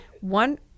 One